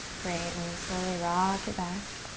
great, and slowly rock it back.